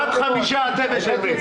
עד חמישה אתם משלמים.